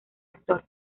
actor